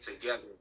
together